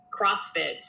CrossFit